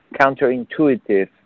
counterintuitive